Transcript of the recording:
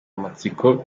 amatsiko